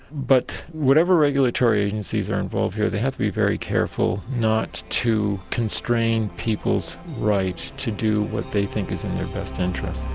but whatever regulatory agencies are involved here they have to be very careful not to constrain people's right to do what they think is in their best interest.